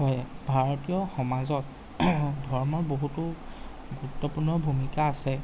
হয় ভাৰতীয় সমাজত ধৰ্মৰ বহুতো গুৰুত্বপূৰ্ণ ভূমিকা আছে